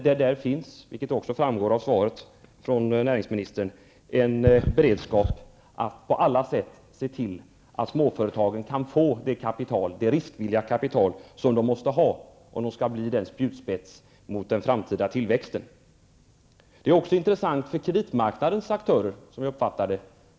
Det framgår också av svaret från näringsministern att det finns en beredskap att på alla sätt se till att småföretagen kan få det riskvilliga kapital som företagen måste ha för att kunna bli en spjutspets mot den framtida tillväxten.